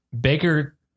Baker